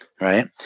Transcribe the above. right